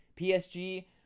PSG